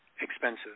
expensive